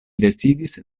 decidis